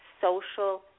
social